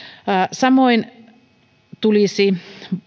samoin tulisi